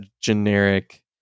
generic